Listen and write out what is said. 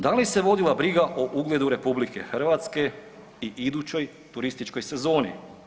Da li se vodila briga o ugledu RH i idućoj turističkoj sezoni?